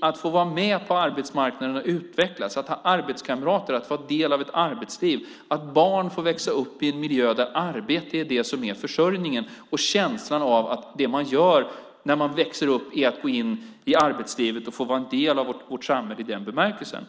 att få vara med på arbetsmarknaden och utvecklas, att ha arbetskamrater, att få vara del av ett arbetsliv, att barn får växa upp i en miljö där arbete är det som är försörjningen och känslan av att det man gör när man växer är att gå in i arbetslivet och får vara en del av samhället i den bemärkelsen.